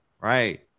Right